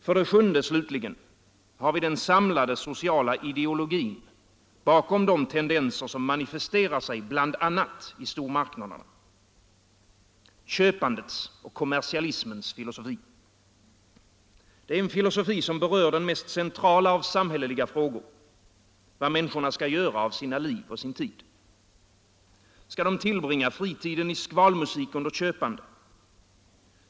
För det åttonde slutligen, har vi den samlade sociala ideologin bakom de tendenser som manifesterar sig i bl.a. stormarknaderna —- köpandets och kommersialismens filosofi. Det är en filosofi som berör den mest centrala av samhälleliga frågor: vad människorna skall göra av sina liv och sin tid. Skall de tillbringa fritiden i skvalmusik under köpande?